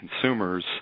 consumers